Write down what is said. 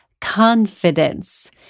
confidence